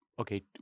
okay